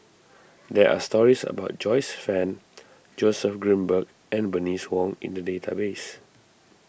there are stories about Joyce Fan Joseph Grimberg and Bernice Wong in the database